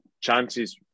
Chances